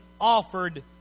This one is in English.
offered